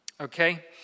okay